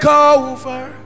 over